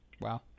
Wow